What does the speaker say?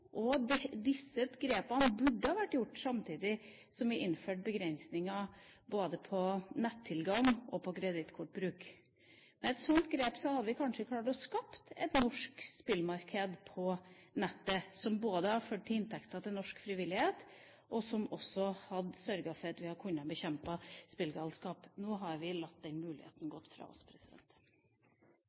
Disse grepene burde ha vært gjort samtidig som vi innførte begrensninger både på nettilgang og på kredittkortbruk. Med et sånt grep hadde vi kanskje klart å skape et norsk spillmarked på nettet, som både ville ha ført til inntekter til norsk frivillighet, og som også kunne ha sørget for at vi hadde kunnet bekjempe spillegalskap. Nå har vi latt den muligheten gå fra oss.